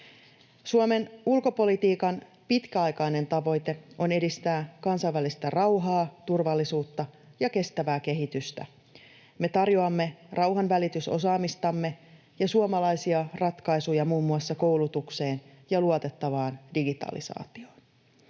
Suomen ulkopolitiikan pitkäaikainen tavoite on edistää kansainvälistä rauhaa, turvallisuutta ja kestävää kehitystä. Me tarjoamme rauhanvälitysosaamistamme ja suomalaisia ratkaisuja muun muassa koulutukseen ja luotettavaan digitalisaatioon.